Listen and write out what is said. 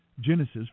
Genesis